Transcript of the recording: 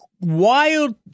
wild